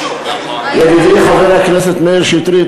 ידידי חבר הכנסת מאיר שטרית,